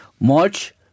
March